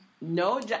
No